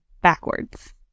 backwards